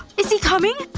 is he coming?